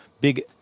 big